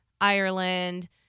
Ireland